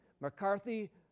McCarthy